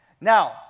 Now